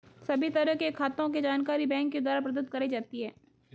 सभी तरह के खातों के जानकारी बैंक के द्वारा प्रदत्त कराई जाती है